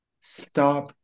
stop